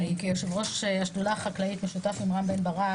כיושב ראש השדולה החקלאית במשותף עם רם בן ברק.